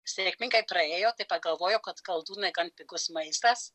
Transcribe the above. sėkmingai praėjo tai pagalvojo kad koldūnai gan pigus maistas